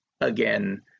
again